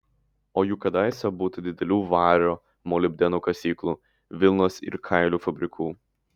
o juk kadaise būta didelių vario molibdeno kasyklų vilnos ir kailių fabrikų